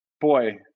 boy